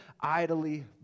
idly